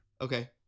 Okay